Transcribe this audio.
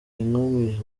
inkumi